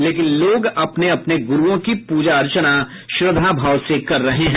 लेकिल लोग अपने अपने गुरुओं की पूजा अर्चना श्रद्वाभाव से कर रहे हैं